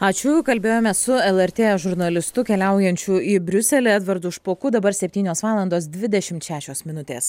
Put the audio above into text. ačiū kalbėjomės su lrt žurnalistu keliaujančiu į briuselį edvardu špoku dabar septynios valandos dvidešimt šešios minutės